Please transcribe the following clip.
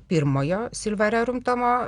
pirmojo silva rerum tomo